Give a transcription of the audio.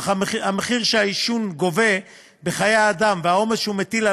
אך המחיר שהעישון גובה בחיי אדם והעומס שהוא מטיל על